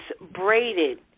braided